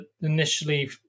initially